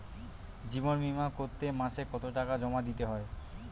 জীবন বিমা করতে মাসে কতো টাকা জমা দিতে হয়?